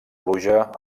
pluja